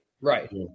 Right